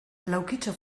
laukitxo